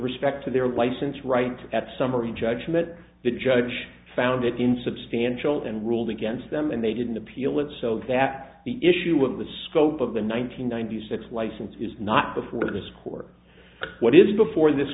respect to their license right at summary judgment the judge found it insubstantial and ruled against them and they didn't appeal it so that the issue of the scope of the nine hundred ninety six license is not before this court what is before this